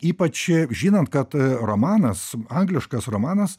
ypač žinant kad romanas angliškas romanas